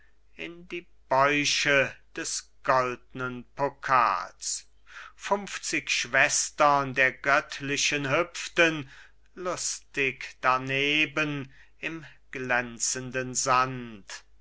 in die bäuche des goldnen pokals fünfzig schwestern des göttlichen hüpften lustig daneben im glänzenden sand